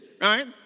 right